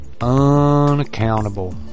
unaccountable